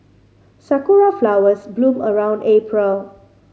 sakura flowers bloom around April